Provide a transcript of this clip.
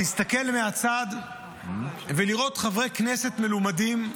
להסתכל מהצד ולראות חברי כנסת מלומדים,